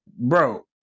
bro